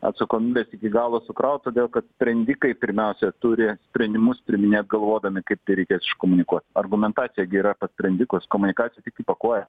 atsakomybės iki galo sukraut todėl kad sprendikai pirmiausiai turi sprendimus priminėt galvodami kaip tai reikės iškomunikuot argumentacija gi yra pas sprendikus komunikacija tik įpakuoja